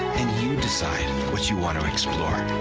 and you decide what you want to explore.